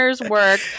work